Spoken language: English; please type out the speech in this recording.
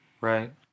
Right